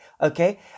Okay